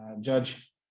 judge